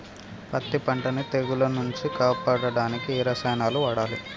పత్తి పంటని తెగుల నుంచి కాపాడడానికి ఏ రసాయనాలను వాడాలి?